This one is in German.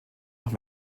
nach